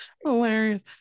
Hilarious